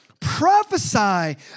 Prophesy